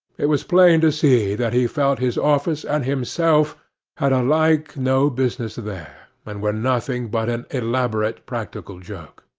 it was plain to see that he felt his office and himself had alike no business there, and were nothing but an elaborate practical joke.